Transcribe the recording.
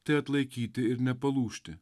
tai atlaikyti ir nepalūžti